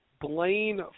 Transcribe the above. Blaine